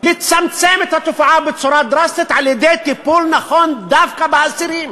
לצמצם את התופעה בצורה דרסטית על-ידי טיפול נכון דווקא באסירים,